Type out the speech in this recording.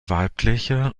weibliche